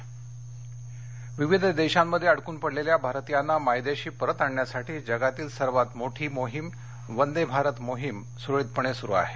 वंदेभारत विविध देशांमध्ये अडकून पडलेल्या भारतियांना मायदेशी परत आणण्यासाठी जगातील सर्वात मोठी मोहीम वंदे भारत मोहीम सुरळीतपणे सुरु आहे